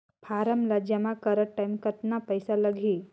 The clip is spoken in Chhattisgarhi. फारम ला जमा करत टाइम कतना पइसा लगही?